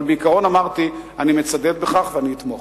אבל בעיקרון, אמרתי: אני מצדד בכך ואני אתמוך.